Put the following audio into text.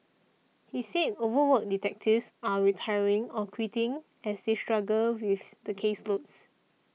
he said overworked detectives are retiring or quitting as they struggle with the caseloads